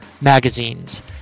magazines